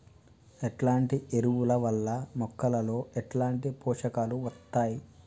ఎట్లాంటి ఎరువుల వల్ల మొక్కలలో ఎట్లాంటి పోషకాలు వత్తయ్?